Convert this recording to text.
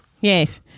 yes